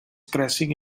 crashing